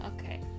okay